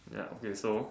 ya okay so